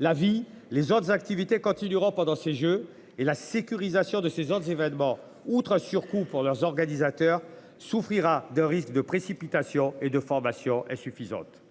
La vie les autres activités continuera pendant ces Jeux et la sécurisation de ces autres événements outre surcoût pour leurs organisateurs souffrira de risque de précipitation et de formation insuffisante.